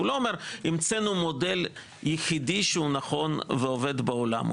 הוא לא אומר המצאנו מודל יחידי שהוא נכון ועובד בעולם.